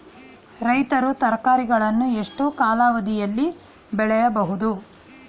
ರೈತರು ತರಕಾರಿಗಳನ್ನು ಎಷ್ಟು ಕಾಲಾವಧಿಯಲ್ಲಿ ಬೆಳೆಯಬಹುದು?